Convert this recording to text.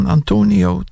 Antonio